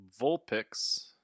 Vulpix